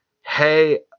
hey